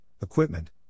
equipment